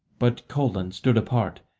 but colan stood apart,